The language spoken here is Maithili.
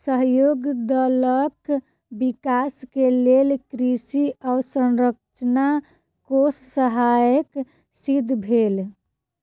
सहयोग दलक विकास के लेल कृषि अवसंरचना कोष सहायक सिद्ध भेल